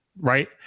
right